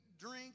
drink